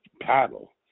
paddle